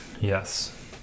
Yes